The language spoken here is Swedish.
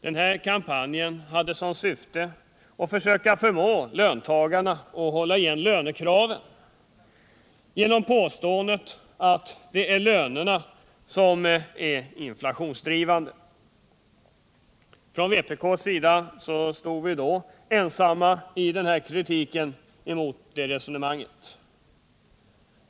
Denna kampanj hade som syfte att försöka förmå löntagarna att hålla igen lönekraven genom påståendet att det är lönerna som är inflationsdrivande. Från vpk stod vi då ensamma i kritiken mot det resonemanget.